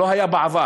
לא היה בעבר.